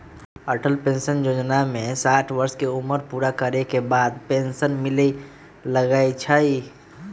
Atal pension जोजना में साठ वर्ष के उमर पूरा करे के बाद पेन्सन मिले लगैए छइ